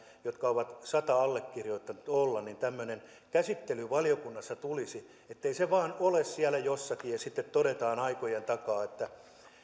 jotka ovat sata allekirjoittajaa saaneet se että tämmöinen käsittely valiokunnassa tulisi ettei se vain ole siellä jossakin ja sitten todetaan aikojen takaa että